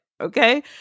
Okay